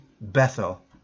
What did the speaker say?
Bethel